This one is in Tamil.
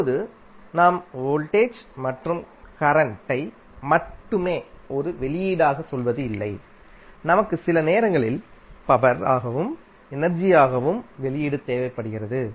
இப்போது நாம் எப்போதும் வோல்டேஜ் மற்றும் கரண்டை மட்டுமே ஒரு வெளியீடாக சொல்வது இல்லைநமக்கு சில நேரங்களில் பவர் ஆகவும் எனர்ஜியாகவும் வெளியீடு தேவைப்படுகிறது